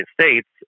States